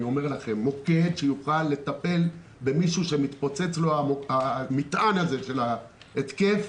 שיוכל לטפל במישהו שמתפוצץ לו המטען הזה של ההתקף.